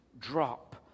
drop